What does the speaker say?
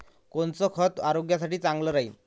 कोनचं खत आरोग्यासाठी चांगलं राहीन?